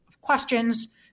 questions